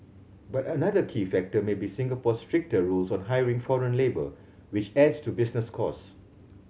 but another key factor may be Singapore's stricter rules on hiring foreign labour which adds to business costs